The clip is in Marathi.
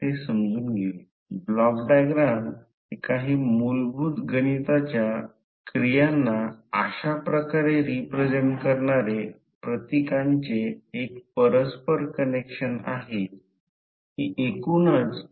तर आणि आपले मॅग्नेटिक फिल्ड हे प्रत्यक्षात एक कपलींग माध्यम आहे जे इलेक्ट्रिकल आणि मेकॅनिकल सिस्टीम दरम्यान दोन्ही दिशेने एनर्जी इंटरचेंज करण्याची अनुमती देते म्हणून त्याला प्रत्यक्षात मॅग्नेटिक फिल्ड असे म्हणतात